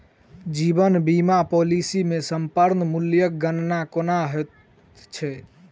जीवन बीमा पॉलिसी मे समर्पण मूल्यक गणना केना होइत छैक?